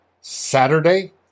Saturday